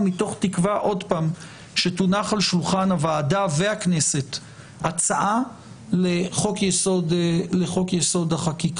ומתוך תקווה שתונח על שולחן הוועדה והכנסת הצעה לחוק יסוד: החקיקה.